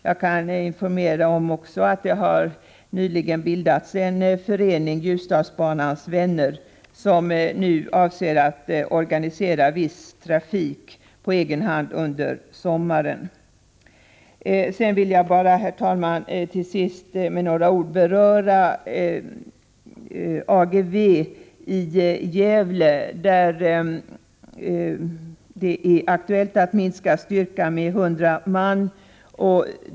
Jag kan också informera om att det nyligen bildats en förening, Ljusdalsbanans vänner, som nu avser att organisera viss trafik på egen hand under sommaren. Jag vill till sist, herr talman, med några ord beröra AGEVE i Gävle, där det är aktuellt att minska styrkan med 100 man.